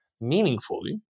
meaningfully